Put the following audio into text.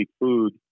food